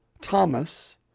Thomas